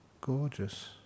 gorgeous